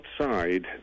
outside